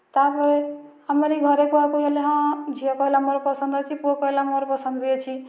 ତା'ପରେ ଆମରି ଘରେ କୁହାକୁହି ହେଲେ ହଁ ଝିଅ କହିଲା ମୋର ପସନ୍ଦ ଅଛି ପୁଅ କହିଲା ମୋର ପସନ୍ଦ ବି ଅଛି